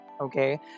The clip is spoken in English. okay